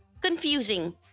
confusing